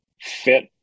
fit